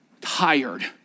tired